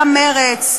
גם מרצ,